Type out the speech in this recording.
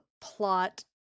plot